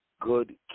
Good